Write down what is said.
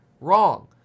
Wrong